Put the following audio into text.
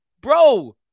Bro